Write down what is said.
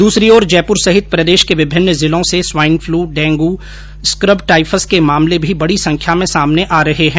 दूसरी ओर जयपुर सहित प्रदेश के विभिन्न जिलों से स्वाइनफ्लू डेंग्र स्कबटाइफस के मामले भी बड़ी संख्या में सामने आ रहे हैं